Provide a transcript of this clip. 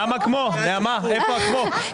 מה הבעיה?